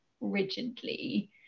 rigidly